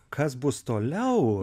kas bus toliau